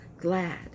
glad